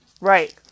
Right